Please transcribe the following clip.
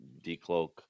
decloak